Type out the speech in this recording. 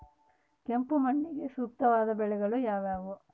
ಕೆಂಪು ಮಣ್ಣಿಗೆ ಸೂಕ್ತವಾದ ಬೆಳೆಗಳು ಯಾವುವು?